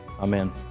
Amen